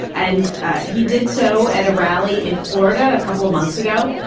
and he did so at a rally in florida a couple of months ago.